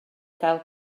gael